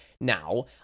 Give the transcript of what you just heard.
Now